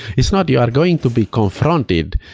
it's not you are going to be confronted.